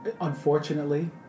Unfortunately